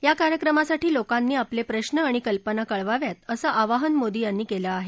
या कार्यक्रमासाठी लोकांनी आपले प्रश्न आणि कल्पना कळवाव्यात असं आवाहन मोदी यांनी केलं आहे